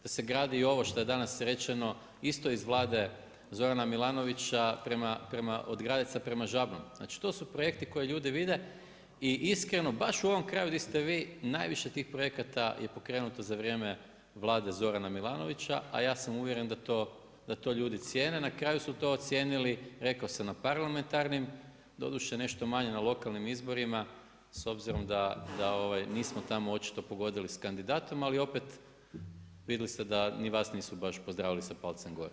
Da se gradi i ovo što je danas rečeno, isto je iz Vlade Zorana Milanovića od Gradeca prema Žabnom, znači to su projekti koje ljudi vide i iskreno, baš u ovom kraju di ste vi, najviše tih projekata je pokrenuto za vrijeme Vlade Zorana Milanovića a ja sam uvjeren da to ljudi cijene, na kraju su to ocijenili, rekao sam na parlamentarnim, doduše nešto manje na lokalnim izborima s obzirom da nismo tamo očito pogodili s kandidatom, ali opet vidjeli ste da ni vas nisu baš pozdravili sa palcem gore.